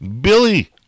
Billy